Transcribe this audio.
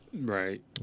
Right